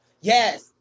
Yes